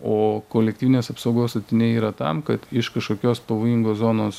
o kolektyvinės apsaugos statiniai yra tam kad iš kažkokios pavojingos zonos